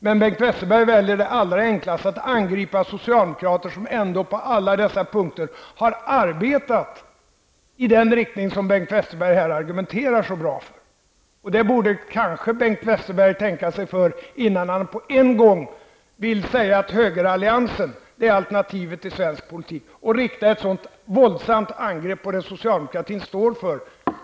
Men Bengt Westerberg väljer det allra enklaste, nämligen att angripa socialdemokrater som ändå på alla dessa punkter har arbetat i den riktning som Bengt Westerberg här argumenterar så bra för. Det borde kanske Bengt Westerberg tänka på innan han på en gång säger att högeralliansen är alternativet till svensk politik och rikta ett så våldsamt angrepp mot det som socialdemokratin står för.